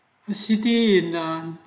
the city in ah